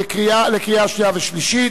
(תיקון מס' 70) לקריאה שנייה ושלישית.